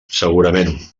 segurament